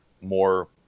more